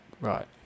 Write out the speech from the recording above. right